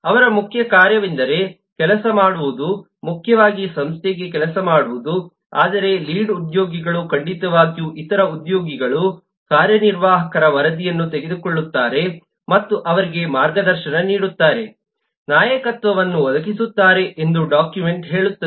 ಅವರ ಮುಖ್ಯ ಕಾರ್ಯವೆಂದರೆ ಕೆಲಸ ಮಾಡುವುದು ಮುಖ್ಯವಾಗಿ ಸಂಸ್ಥೆಗೆ ಕೆಲಸ ಮಾಡುವುದು ಆದರೆ ಲೀಡ್ ಉದ್ಯೋಗಿಗಳು ಖಂಡಿತವಾಗಿಯೂ ಇತರ ಉದ್ಯೋಗಿಗಳು ಕಾರ್ಯನಿರ್ವಾಹಕರ ವರದಿಯನ್ನು ತೆಗೆದುಕೊಳ್ಳುತ್ತಾರೆ ಮತ್ತು ಅವರಿಗೆ ಮಾರ್ಗದರ್ಶನ ನೀಡುತ್ತಾರೆ ನಾಯಕತ್ವವನ್ನು ಒದಗಿಸುತ್ತಾರೆ ಎಂದು ಡಾಕ್ಯುಮೆಂಟ್ ಹೇಳುತ್ತದೆ